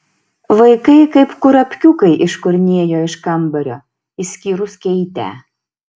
vaikai kaip kurapkiukai iškurnėjo iš kambario išskyrus keitę